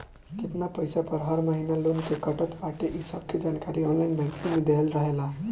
केतना पईसा हर महिना लोन के कटत बाटे इ सबके जानकारी ऑनलाइन बैंकिंग में देहल रहेला